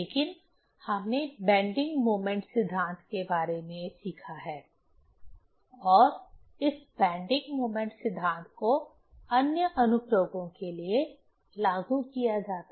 लेकिन हमने bending moment सिद्धांत के बारे में सीखा है और इस बैंडिंग मूमेंट सिद्धांत को अन्य अनुप्रयोगों के लिए लागू किया जाता है